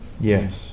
Yes